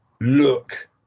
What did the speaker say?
look